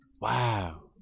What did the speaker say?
Wow